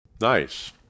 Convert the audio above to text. Nice